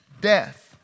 death